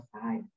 side